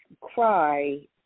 cry